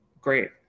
Great